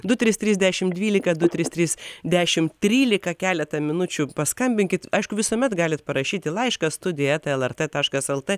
du trys trys dešimt dvylika du trys trys dešimt trylika keletą minučių paskambinkit aišku visuomet galit parašyti laišką studija eta lrt taškas lt